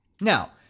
Now